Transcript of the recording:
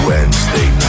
Wednesday